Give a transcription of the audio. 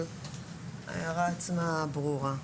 אבל ההערה עצמה ברורה.